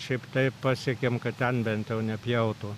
šiaip taip pasiekėm kad ten bent jau nepjautų